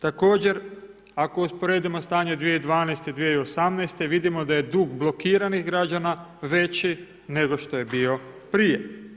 Također, ako usporedimo stanje 2012.-2018. vidimo da je dug blokiranih građana veći nego što je bio prije.